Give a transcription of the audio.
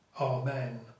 Amen